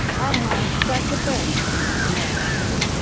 i have such a thirst, the man answered,